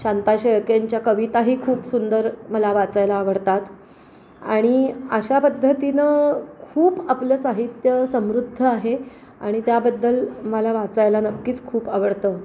शांता शेळकेंच्या कविताही खूप सुंदर मला वाचायला आवडतात आणि अशा पद्धतीनं खूप आपलं साहित्य समृद्ध आहे आणि त्याबद्दल मला वाचायला नक्कीच खूप आवडतं